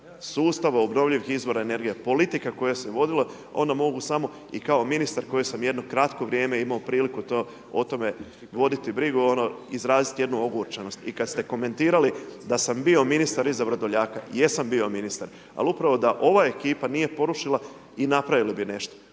sustava obnovljivih izvora energije, politika koja se vodila, onda mogu samo i kao ministar koji sam jedno kratko vrijeme imao priliku o tome voditi brigu, izraziti jednu ogorčenost. I kad ste komentirali da sam bio ministar iza Vrdoljaka, jesam bio ministar, ali upravo da ova ekipa nije porušila i napravili bi nešto.